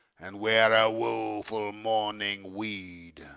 and wear a woful mourning weed.